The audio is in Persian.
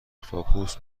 اختاپوس